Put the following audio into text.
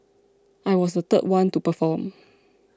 I was the third one to perform